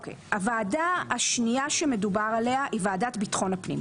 הוועדה השנייה שמדובר עליה היא ועדת ביטחון הפנים.